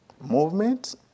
Movement